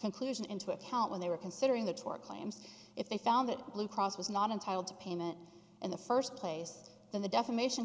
conclusion into account when they were considering the tort claims if they found that blue cross was not entitled to payment in the first place then the defamation